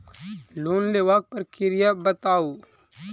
Loan लेबाक प्रक्रिया बताऊ?